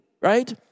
right